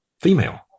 female